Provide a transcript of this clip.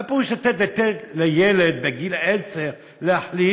מה פירוש לתת היתר לילד בגיל 10 להחליט?